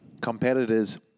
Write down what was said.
competitors